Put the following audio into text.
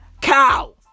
cow